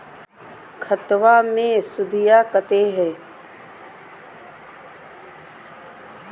खतबा मे सुदीया कते हय?